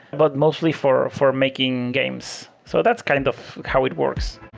but mostly for for making games. so that's kind of how it works.